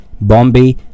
Bombay